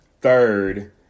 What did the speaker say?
Third